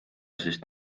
sest